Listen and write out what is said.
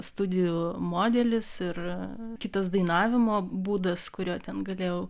studijų modelis ir kitas dainavimo būdas kurio ten galėjau